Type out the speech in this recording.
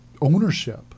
ownership